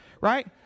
Right